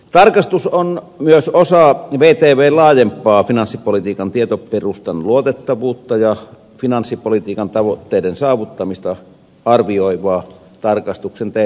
tarkastus on myös osa vtvn laajempaa finanssipolitiikan tietoperustan luotettavuutta ja finanssipolitiikan tavoitteiden saavuttamista arvioivaa tarkastuksen teema aluetta